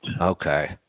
Okay